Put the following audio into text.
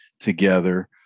together